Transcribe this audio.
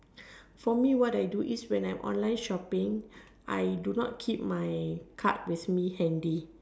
for me what I do is when I online shopping I do not keep my card with me handy